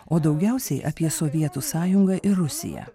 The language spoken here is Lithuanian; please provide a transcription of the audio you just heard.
o daugiausiai apie sovietų sąjungą ir rusiją